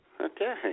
Okay